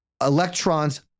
electrons